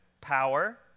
Power